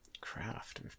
craft